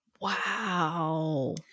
wow